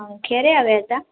હા ક્યારે આવ્યા હતા